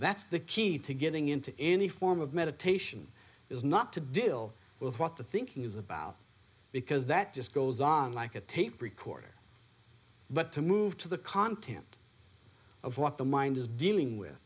that's the key to getting into any form of meditation is not to deal with what the thinking is about because that just goes on like a tape recorder but to move to the content of what the mind is dealing with